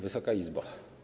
Wysoka Izbo!